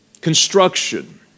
construction